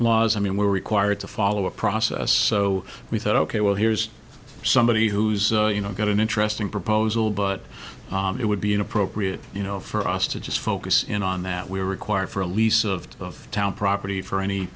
laws i mean we were required to follow a process so we thought ok well here's somebody who's you know got an interesting proposal but it would be inappropriate you know for us to just focus in on that we require for a lease of town property for any